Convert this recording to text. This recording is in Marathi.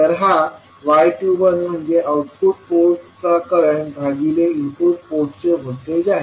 तर हा y21म्हणजे आउटपुट पोर्टचा करंट भागिले इनपुट पोर्टचे व्होल्टेज आहे